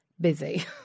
busy